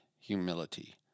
humility